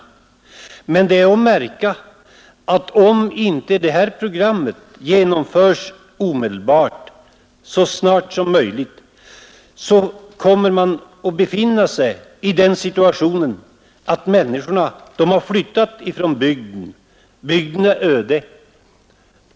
Men det är att märka, att om inte det här programmet genomförs så snart som möjligt hamnar vi i en situation där människorna har flyttat från bygden, där bygden står öde.